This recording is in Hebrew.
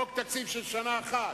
חוק תקציב של שנה אחת,